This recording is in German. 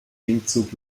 gegenzug